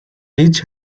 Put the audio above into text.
rich